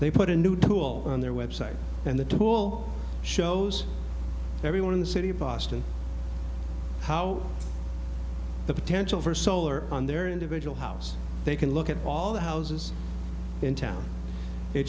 they put a new tool on their website and the tool shows everyone in the city of boston how the potential for solar on their individual house they can look at all the houses in town